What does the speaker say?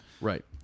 Right